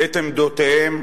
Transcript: את עמדותיהם,